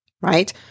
right